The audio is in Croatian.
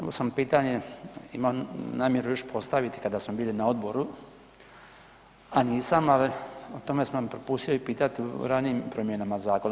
Ovo sam pitanje imao namjeru još postaviti kada smo bili na odboru, a nisam, o tome sam vas propustio pitati u ranijim promjenama zakona.